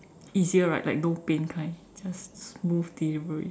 easier right like no pain kind just smooth delivery